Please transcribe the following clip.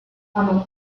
among